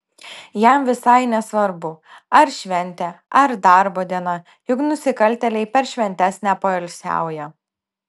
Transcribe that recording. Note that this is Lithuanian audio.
jam visai nesvarbu ar šventė ar darbo diena juk nusikaltėliai per šventes nepoilsiauja